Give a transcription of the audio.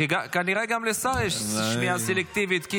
כנראה גם לשר יש שמיעה סלקטיבית.